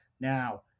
Now